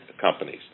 companies